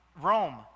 Rome